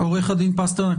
עו"ד פסטרנק,